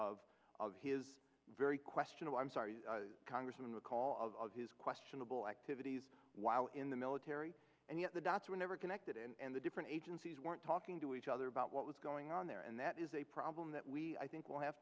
of of his very questionable i'm sorry congress in the call of questionable activities while in the military and yet the dots were never connected and the different agencies weren't talking to each other about what was going on there and that is a problem that we i think will have